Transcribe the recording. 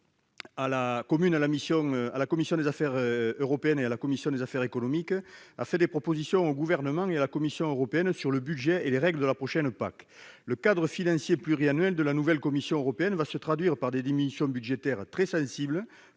aux commissions des affaires européennes et des affaires économiques, a fait des propositions au Gouvernement et à la Commission européenne sur le budget et les règles de la prochaine PAC. Le cadre financier pluriannuel de la nouvelle Commission européenne va se traduire par des diminutions budgétaires très sensibles